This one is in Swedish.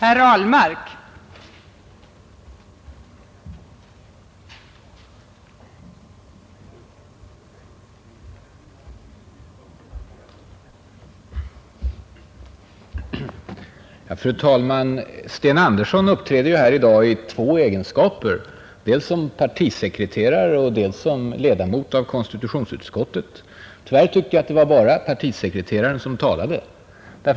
Fru talman! Sten Andersson uppträder ju här i dag i två egenskaper: dels som partisekreterare, dels som ledamot av konstitutionsutskottet. Tyvärr tyckte jag att det bara var partisekreteraren som talade.